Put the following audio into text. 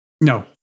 No